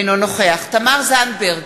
אינו נוכח תמר זנדברג,